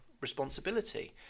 responsibility